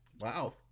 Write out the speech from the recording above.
Wow